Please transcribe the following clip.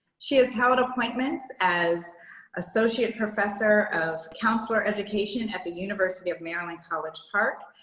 she has held appointments as associate professor of counselor education and at the university of maryland college park.